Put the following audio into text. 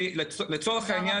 לצורך העניין,